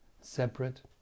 separate